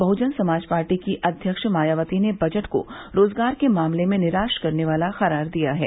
बहजन समाज पार्टी की अध्यक्ष मायावती ने बजट को रोजगार के मामले में निराश करने वाला करार दिया है